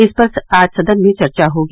इस पर आज सदन में चर्चा होगी